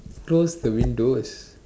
close the windows